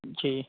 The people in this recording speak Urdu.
جی